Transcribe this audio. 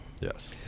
Yes